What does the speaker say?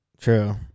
True